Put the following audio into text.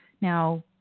Now